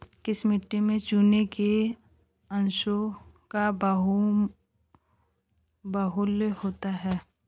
किस मिट्टी में चूने के अंशों का बाहुल्य रहता है?